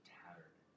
tattered